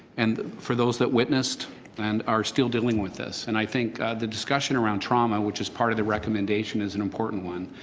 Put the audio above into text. and for those that witnessed and are still dealing with this. and i think the discussion around trauma which is part of the recommendation is an important one.